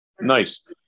Nice